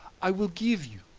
i will give you,